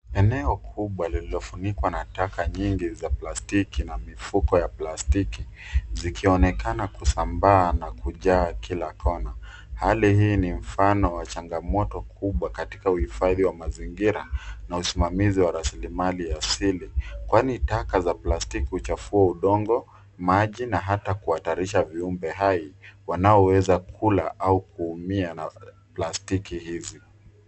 Eneo kubwa lililofunikwa na taka nyingi za plastiki na mifuko ya plastiki, zikionekana kusambaa na kujaa kila kona. Hali hii ni mfano wa changamoto kubwa katika uhifadhi wa mazingira na usimamizi wa rasilimali ya asili, kwani taka za plastiki huchafua udongo, maji na hata kuhatarisha viumbe hai wanaoweza kula au kuumia na plastiki hizi.